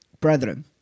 brethren